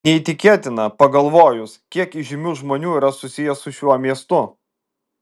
neįtikėtina pagalvojus kiek įžymių žmonių yra susiję su šiuo miestu